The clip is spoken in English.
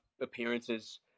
appearances